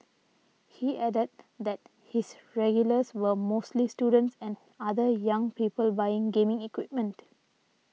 he added that his regulars were mostly students and other young people buying gaming equipment